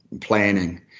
planning